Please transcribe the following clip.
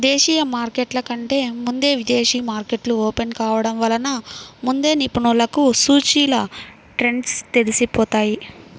దేశీయ మార్కెట్ల కంటే ముందే విదేశీ మార్కెట్లు ఓపెన్ కావడం వలన ముందే నిపుణులకు సూచీల ట్రెండ్స్ తెలిసిపోతాయి